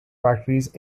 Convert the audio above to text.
factories